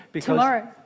Tomorrow